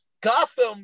Gotham